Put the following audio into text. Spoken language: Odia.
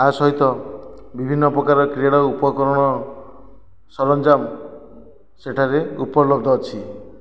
ୟା ସହିତ ବିଭିନ୍ନ ପ୍ରକାର କ୍ରୀଡ଼ା ଉପକରଣ ସରଞ୍ଜାମ ସେଠାରେ ଉପଲବ୍ଧ ଅଛି